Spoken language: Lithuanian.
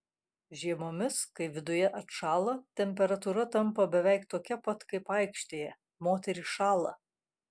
žiemomis kai viduje atšąla temperatūra tampa beveik tokia pat kaip aikštėje moterys šąla